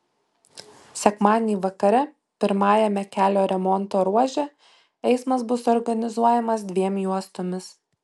sekmadienį vakare pirmajame kelio remonto ruože eismas bus organizuojamas dviem juostomis